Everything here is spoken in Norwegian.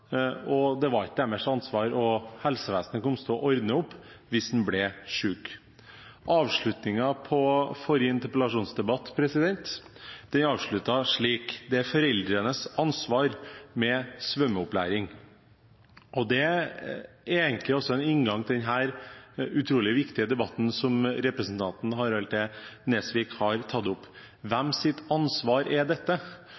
det var ikke deres ansvar, og helsevesenet ville komme til å ordne opp hvis en ble syk. Forrige interpellasjonsdebatt ble avsluttet slik: Foreldrene har ansvaret for svømmeopplæringen. Det er egentlig en inngang også til denne utrolig viktige debatten som representanten Harald T. Nesvik har tatt opp: